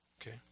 okay